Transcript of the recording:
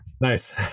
Nice